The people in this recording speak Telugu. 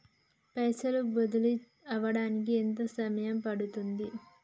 పైసలు బదిలీ అవడానికి ఎంత సమయం పడుతది?